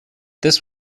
this